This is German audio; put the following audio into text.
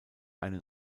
einen